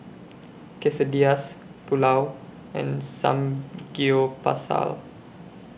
Quesadillas Pulao and Samgeyopsal